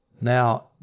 Now